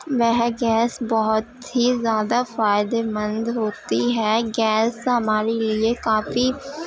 وہ گیس بہت ہی زیادہ فائدے مند ہو تی ہے گیس ہمارے لیے کافی